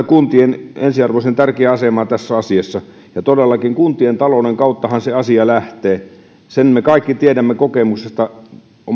kun tien ensiarvoisen tärkeää asemaa tässä asiassa todellakin kuntien talouden kauttahan se asia lähtee sen me kaikki tiedämme kokemuksesta